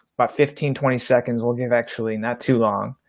but fifteen, twenty seconds. we'll give actually not too long.